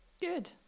Good